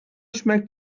schmeckt